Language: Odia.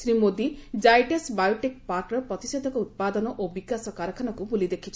ଶ୍ରୀ ମୋଦି ଜାଇଡସ୍ ବାୟୋଟେକ୍ ପାର୍କର ପ୍ରତିଷେଧକ ଉପାଦନ ଓ ବିକାଶ କାରଖାନାକୁ ବୁଲି ଦେଖିଛନ୍ତି